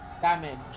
damage